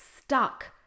stuck